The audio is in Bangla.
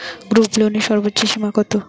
গ্রুপলোনের সর্বোচ্চ সীমা কত?